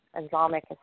Islamic